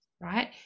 right